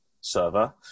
server